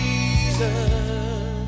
Jesus